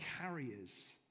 carriers